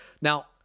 Now